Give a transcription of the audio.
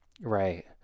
right